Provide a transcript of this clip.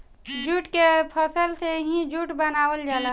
jute के फसल से ही जूट बनावल जाला